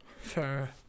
Fair